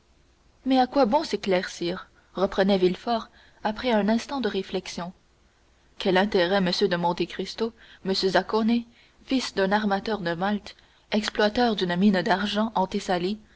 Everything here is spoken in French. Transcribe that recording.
mais à quoi bon s'éclaircir reprenait villefort après un instant de réflexion quel intérêt m de monte cristo m zaccone fils d'un armateur de malte exploiteur d'une mine d'argent